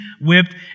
whipped